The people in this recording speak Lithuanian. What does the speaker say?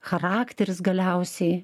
charakteris galiausiai